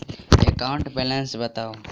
account balance बताउ